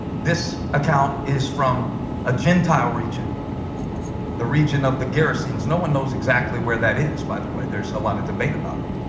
this account is from a gentile region the region of the gerasenes no one knows exactly where that is by the way, there's a lot of debate about it